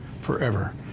forever